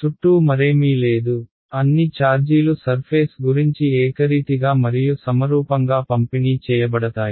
చుట్టూ మరేమీ లేదు అన్ని చార్జీలు సర్కమ్ఫరెన్సు గురించి ఏకరీతిగా మరియు సమరూపంగా పంపిణీ చేయబడతాయి